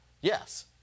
Yes